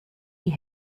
die